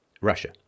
Russia